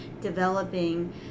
developing